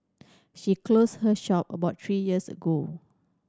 she closed her shop about three years ago